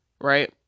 right